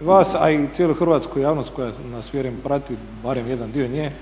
vas, a i cijelu hrvatsku javnost koja nas vjerujem prati, barem jedan dio nje,